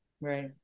Right